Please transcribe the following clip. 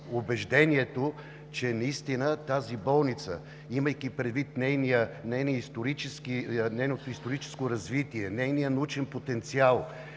убеждението, че наистина тази болница, имайки предвид нейното историческо развитие, нейния научен потенциал